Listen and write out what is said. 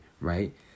right